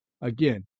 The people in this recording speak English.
Again